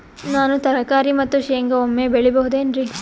ನಾನು ತರಕಾರಿ ಮತ್ತು ಶೇಂಗಾ ಒಮ್ಮೆ ಬೆಳಿ ಬಹುದೆನರಿ?